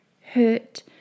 hurt